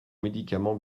médicaments